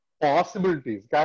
possibilities